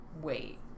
wait